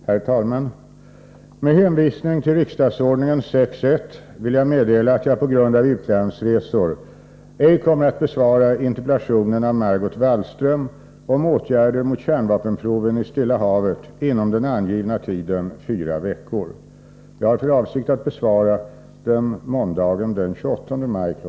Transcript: Herr talman! Med hänvisning till riksdagsordningen 6:1 vill jag meddela att jag på grund av utlandsresor ej kommer att besvara interpellationen av Margot Wallström om åtgärder mot kärnvapenproven i Stilla havet inom den angivna tiden fyra veckor. Jag har för avsikt att besvara den måndagen den 28 maj kl.